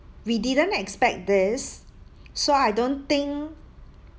we didn't expect this so I don't think